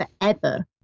forever